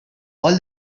all